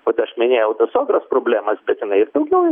vat aš minėjau tas sodros problemas bet jinai ir daugiau